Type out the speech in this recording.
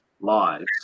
lives